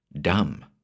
dumb